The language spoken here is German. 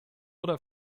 oder